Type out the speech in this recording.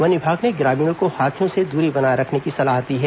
one विभाग ने ग्रामीणों को हाथियों से दूरी बनाए रखने की सलाह दी है